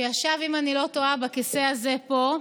שישב, אם אני לא טועה, בכיסא הזה פה,